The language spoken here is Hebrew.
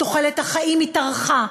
תוחלת החיים התארכה,